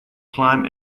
climb